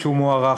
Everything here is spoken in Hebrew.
שהוא מוערך,